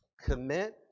commit